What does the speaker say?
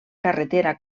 carretera